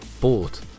bought